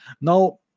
Now